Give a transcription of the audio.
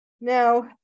Now